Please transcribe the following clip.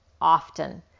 often